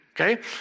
Okay